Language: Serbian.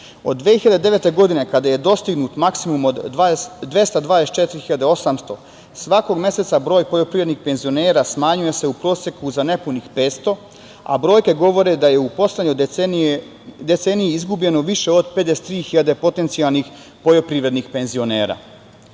Od 2009. godine kada je dostignut maksimum od 224 hiljade 800 svakog meseca broj poljoprivrednih penzionera smanjuje se u proseku za nepunih petsto, a brojke govore da je u poslednjoj deceniji izgubljeno više od 53 hiljade potencijalnih poljoprivrednih penzionera. Podatak